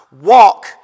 walk